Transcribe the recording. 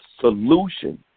solution